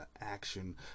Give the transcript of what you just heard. action